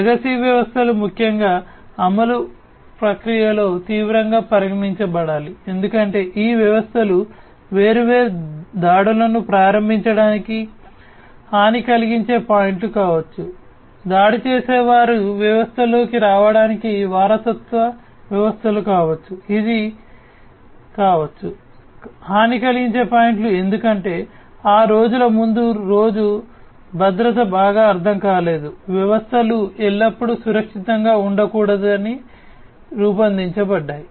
legacy వ్యవస్థలు ముఖ్యంగా అమలు ప్రక్రియలో తీవ్రంగా పరిగణించబడాలి ఎందుకంటే ఈ వ్యవస్థలు వేర్వేరు దాడులను ప్రారంభించటానికి హాని కలిగించే పాయింట్లు కావచ్చు దాడి చేసేవారు వ్యవస్థలోకి రావడానికి వారసత్వ వ్యవస్థలు కావచ్చు ఇది కావచ్చు హాని కలిగించే పాయింట్లు ఎందుకంటే ఆ రోజుల ముందు రోజు భద్రత బాగా అర్థం కాలేదు వ్యవస్థలు ఎల్లప్పుడూ సురక్షితంగా ఉండకూడదని రూపొందించబడ్డాయి